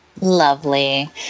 Lovely